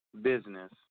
business